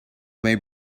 may